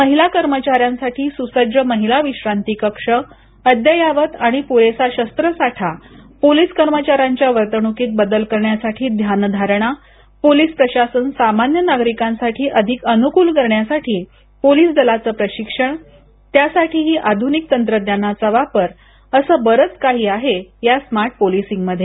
महिलां कर्मचाऱ्यांसाठी सूसज्य महिला विश्रांती कक्ष अद्ययावत आणि प्ररेसा शस्त्र साठा पोलीस कर्मचाऱ्यांच्या वर्तणुकीत बदल करण्यासाठी ध्यानधारणा पोलीस प्रशासन सामान्य नागरिकांसाठी अधिक अनुकूल करण्यासाठी पोलीस दलाचं प्रशिक्षण त्यासाठीही आधुनिक तंत्रज्ञानाचा वापर असं बरंच काही आहे या स्मार्ट पोलीसिंग मध्ये